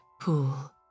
pool